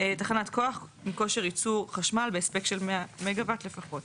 תחנת כוח כושר ייצור חשמל בהספק של 100 מגה-וואט לפחות